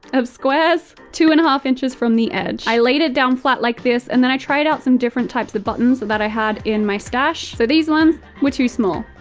of squares, two and a half inches from the edge. i laid it down flat like this, and then i tried out some different types of buttons that i had in my stash. so these ones were too small.